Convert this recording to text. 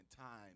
time